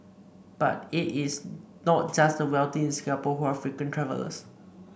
but it is not just the wealthy in Singapore who are frequent travellers